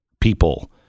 people